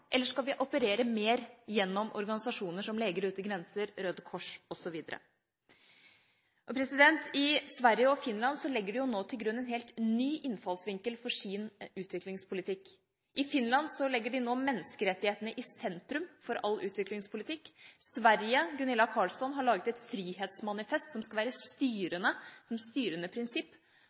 eller skal vi operere mer gjennom organisasjoner som Leger Uten Grenser, Røde Kors osv.? I Sverige og Finland legger de nå til grunn en helt ny innfallsvinkel for sin utviklingspolitikk. I Finland setter de nå menneskerettighetene i sentrum for all utviklingspolitikk. I Sverige har Gunilla Carlsson laget et frihetsmanifest som skal være et styrende prinsipp for alt som